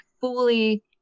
fully